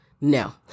No